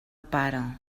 pare